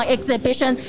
Exhibition